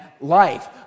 life